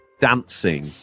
dancing